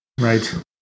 Right